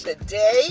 today